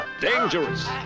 dangerous